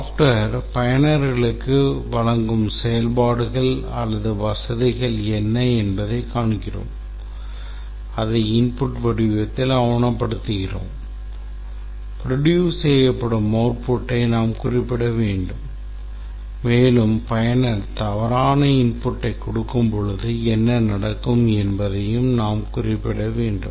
software பயனர்களுக்கு வழங்கும் செயல்பாடுகள் அல்லது வசதிகள் என்ன என்பதை காண்கிறோம் அதை input வடிவத்தில் ஆவணப்படுத்துகிறோம் produce செய்யப்படும் outputஐ நாம் குறிப்பிட வேண்டும் மேலும் பயனர் தவறான inputஐ கொடுக்கும்போது என்ன நடக்கும் என்பதையும் நாம் குறிப்பிட வேண்டும்